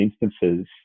instances